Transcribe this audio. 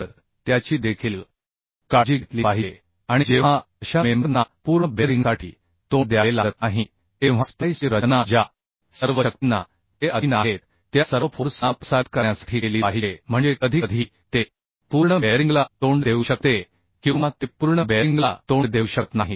तर त्याची देखील काळजी घेतली पाहिजे आणि जेव्हा अशा सदस्यांना पूर्ण बेअरिंग स्प्लिसेसचा सामना करावा लागत नाही तेव्हा ते सर्व शक्ती प्रसारित करण्यासाठी डिझाइन केले पाहिजेत ज्याच्या अधीन आहेत याचा अर्थ काहीवेळा त्यास पूर्ण बेअरिंगचा सामना करावा लागू शकतो किंवा पूर्ण बेअरिंगचा सामना केला जाऊ शकत नाही